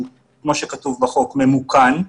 תהליך עבודה שהוא ממוכן.